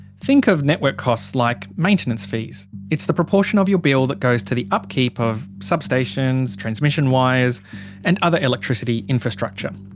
think of network costs like maintenance fees it's the proportion of your bill that goes to the upkeep of substations, transmission wires and other electricity infrastructure.